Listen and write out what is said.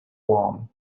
long